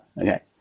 Okay